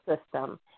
system